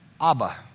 Abba